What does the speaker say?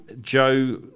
Joe